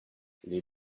les